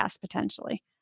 potentially